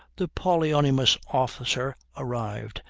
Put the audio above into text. the polyonymous officer arrived,